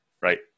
right